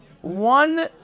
one